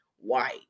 white